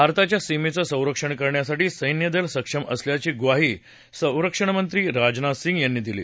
भारताच्या सीमेचं संरक्षण करण्यासाठी सैन्यदल सक्षम असल्याची ग्वाही संरक्षण मंत्री राजनाथ सिंग यांनी दिली